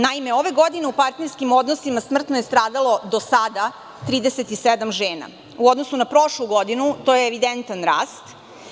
Naime, ove godine u partnerskim odnosima smrtno je stradalo, do sada, 37 žena, u odnosu na prošlu godinu, to je evidentan rast.